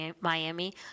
Miami